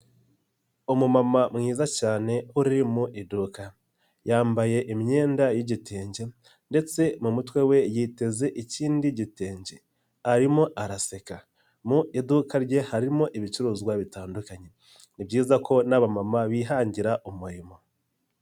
Umumama mwiza cyane uri mu iduka, yambaye imyenda y'igitenge ndetse mu mutwe we yiteze ikindi gitenge arimo araseka, mu iduka rye harimo ibicuruzwa bitandukanye, ni byiza ko n'abamama bihangira umurimo.